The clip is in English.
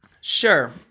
Sure